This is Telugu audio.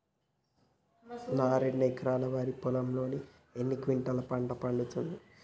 నా రెండు ఎకరాల వరి పొలంలో ఎన్ని క్వింటాలా పంట పండుతది?